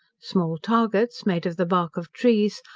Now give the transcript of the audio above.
small targets, made of the bark of trees,